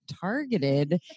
Targeted